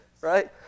right